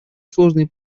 сложные